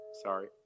sorry